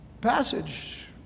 passage